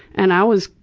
and i was,